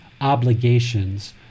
obligations